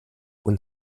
und